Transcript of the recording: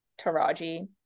Taraji